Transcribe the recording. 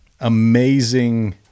amazing